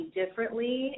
differently